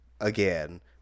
again